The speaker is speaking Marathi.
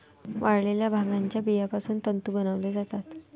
वाळलेल्या भांगाच्या बियापासून तंतू बनवले जातात